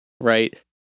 right